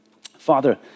Father